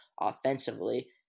offensively